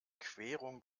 querung